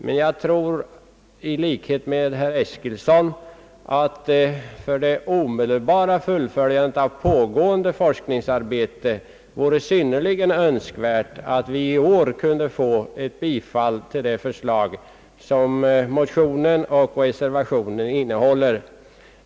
Men jag tror i likhet med herr Eskilsson, att det för det omedelbara fullföljandet av pågående forskningsarbete vore synnerligen önskvärt att vi i år kunde få ett bifall till det förslag som motionen och reservationen innehåller.